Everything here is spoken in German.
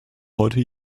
heute